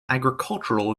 agricultural